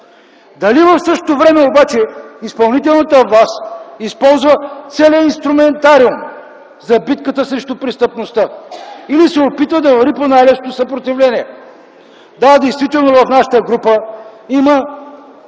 Дали в същото време обаче изпълнителната власт използва целия инструментариум за битката срещу престъпността или се опитва да върви по най-лесното съпротивление? Да, действително в нашата група има